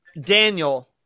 Daniel